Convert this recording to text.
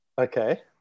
Okay